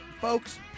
folks